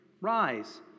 Rise